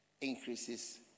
increases